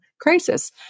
crisis